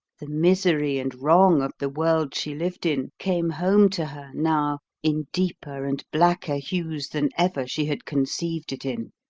the misery and wrong of the world she lived in came home to her now in deeper and blacker hues than ever she had conceived it in